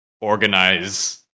organize